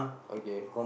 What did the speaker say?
okay